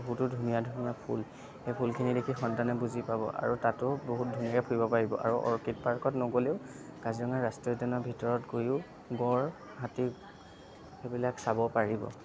বহুতো ধুনীয়া ধুনীয়া ফুল সেই ফুলখিনি দেখি সন্তানে বুজি পাব আৰু তাতো বহুত ধুনীয়াকৈ ফুৰিব পাৰিব আৰু অৰ্কিড পাৰ্কত নগ'লেও কাজিৰঙা ৰাষ্ট্ৰীয় উদ্যানৰ ভিতৰত গৈও গঁড় হাতী সেইবিলাক চাব পাৰিব